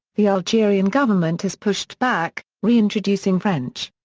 the algerian government has pushed back, reintroducing french.